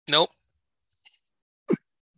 Nope